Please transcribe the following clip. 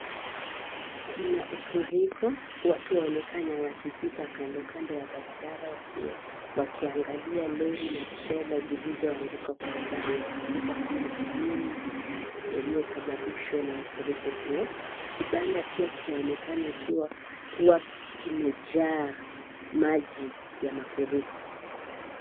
Kina ufuriko watu waonekana wakipita kando kando ya barabara wakiangalia Lori na trela zilizoanguka kwa sababu ya kupita kwa maji mengi iliyosababishwa na mafutiko hiyo kibanda pia kwaonekana kuwa kimejaamaji ya mafuriko.